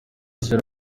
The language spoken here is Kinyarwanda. z’ijoro